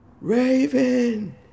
Raven